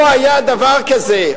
לא היה דבר כזה.